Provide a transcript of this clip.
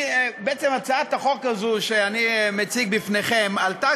והצעת חוק שירות המילואים (תיקון,